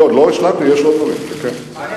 חכה, עוד לא השלמתי, עוד לא גמרתי.